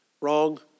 wrong